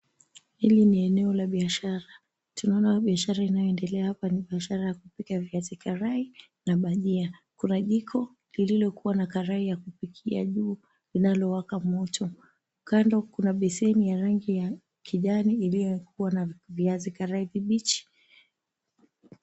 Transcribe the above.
Hili ni eneo la biashara tunaona biashara inayoendelea hapa ni biashara ya kupika viazi karai na bhajia kuna jiko lililokuwa na karai ya kupikia juu linalowaka moto kando kuna beseni ya rangi ya kijani iliyokuwa na viazi karai vibichi.